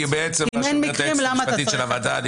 מה שאומרת היועצת המשפטית של הוועדה,